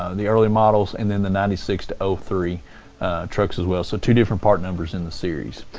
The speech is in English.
and the early models, and then the ninety six to ah three trucks as well. so two different part numbers in the series.